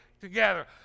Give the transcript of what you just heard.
together